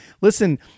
Listen